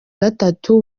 gatatu